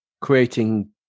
creating